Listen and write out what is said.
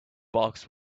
barks